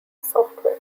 software